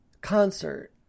concert